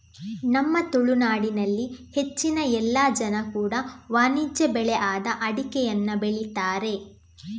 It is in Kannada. ನಮ್ಮ ತುಳುನಾಡಿನಲ್ಲಿ ಹೆಚ್ಚಿನ ಎಲ್ಲ ಜನ ಕೂಡಾ ವಾಣಿಜ್ಯ ಬೆಳೆ ಆದ ಅಡಿಕೆಯನ್ನ ಬೆಳೀತಾರೆ